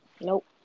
Nope